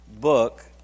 book